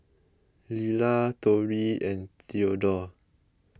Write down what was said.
Lelar Torie and theadore